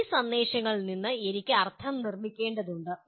ഈ സന്ദേശങ്ങളിൽ നിന്ന് എനിക്ക് അർത്ഥം നിർമ്മിക്കേണ്ടതുണ്ട്